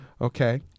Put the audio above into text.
Okay